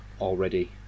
already